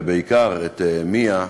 ובעיקר את מיה,